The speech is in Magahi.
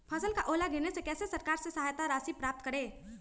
फसल का ओला गिरने से कैसे सरकार से सहायता राशि प्राप्त करें?